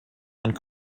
und